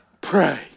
pray